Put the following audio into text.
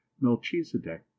Melchizedek